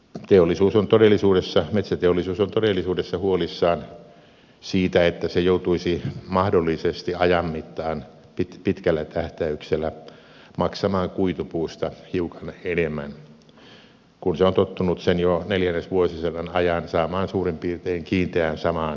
metsäteollisuus on todellisuudessa huolissaan siitä että se joutuisi mahdollisesti ajan mittaan pitkällä tähtäyksellä maksamaan kuitupuusta hiukan enemmän kun se on tottunut sen jo neljännesvuosisadan ajan saamaan suurin piirtein kiinteään samaan nimellishintaan